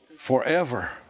forever